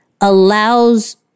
allows